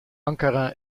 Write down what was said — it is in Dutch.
ankara